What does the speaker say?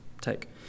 take